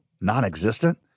non-existent